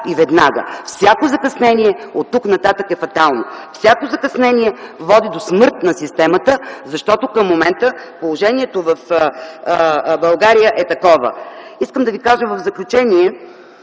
и веднага! Всяко закъснение оттук нататък е фатално. Всяко закъснение води до смърт на системата, защото към момента положението в България е такова. Искам да ви кажа в заключение,